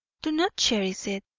do not cherish it.